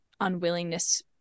unwillingness